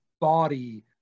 body